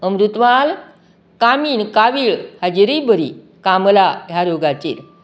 अमृतवाल कामीण कामीण हाचेरय बरी कामला ह्या रोगाचेर